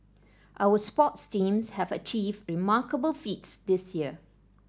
our sports teams have achieved remarkable feats this year